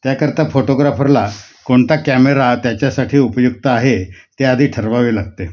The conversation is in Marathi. त्याकरता फोटोग्राफरला कोणता कॅमेरा त्याच्यासाठी उपयुक्त आहे ते आधी ठरवावे लागते